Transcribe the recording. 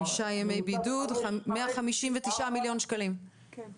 חמישה ימי בידוד 159 מיליון ₪ כן.